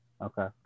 Okay